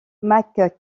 mac